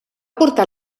portar